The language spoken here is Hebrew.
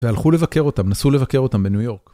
והלכו לבקר אותם, נסעו לבקר אותם בניו יורק.